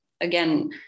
again